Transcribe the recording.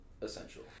essential